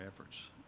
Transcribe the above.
efforts